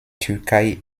türkei